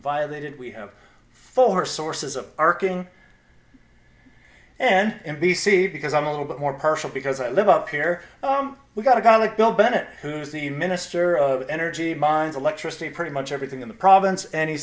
violated we have for sources of arcane and b c because i'm a little bit more partial because i live up here we've got a guy like bill bennett who's the minister of energy mines electricity pretty much everything in the province and he